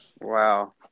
Wow